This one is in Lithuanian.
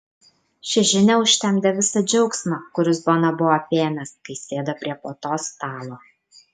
ši žinia užtemdė visą džiaugsmą kuris boną buvo apėmęs kai sėdo prie puotos stalo